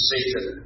Satan